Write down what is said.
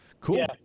Cool